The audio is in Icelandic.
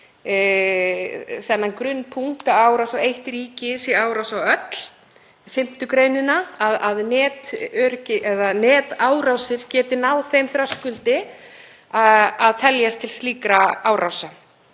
og þann grunnpunkt að árás á eitt ríki sé árás á öll, 5. gr., að netárásir geti náð þeim þröskuldi að teljast til slíkra árása.